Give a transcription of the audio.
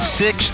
six